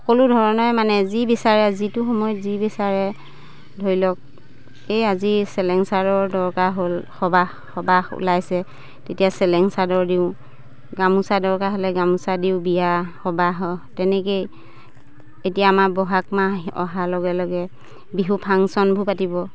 সকলো ধৰণে মানে যি বিচাৰে যিটো সময়ত যি বিচাৰে ধৰি লওক এই আজি চেলেং চাদৰ দৰকাৰ হ'ল সবাহ সবাহ ওলাইছে তেতিয়া চেলেং চাদৰ দিওঁ গামোচা দৰকাৰ হ'লে গামোচা দিওঁ বিয়া সবাহ তেনেকেই এতিয়া আমাৰ বহাগ মাহ অহাৰ লগে লগে বিহু ফাংচনবোৰ পাতিব